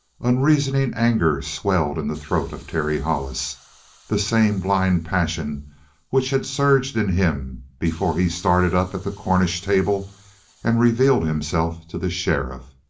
unreasoning anger swelled in the throat of terry hollis the same blind passion which had surged in him before he started up at the cornish table and revealed himself to the sheriff.